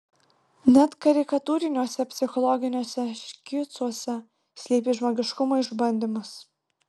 net karikatūriniuose psichologiniuose škicuose slypi žmogiškumo išbandymas